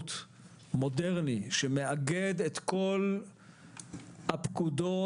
בטיחות מודרני שמאגד את כל הפקודות,